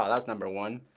ah that's number one.